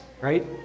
right